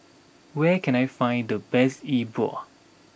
where can I find the best E Bua